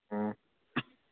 ꯎꯝ